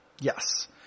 Yes